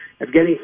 Evgeny